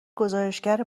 گزارشگر